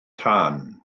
tân